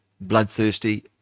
bloodthirsty